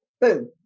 Boom